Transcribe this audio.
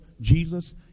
Jesus